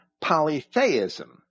polytheism